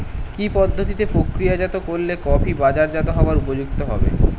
কি পদ্ধতিতে প্রক্রিয়াজাত করলে কফি বাজারজাত হবার উপযুক্ত হবে?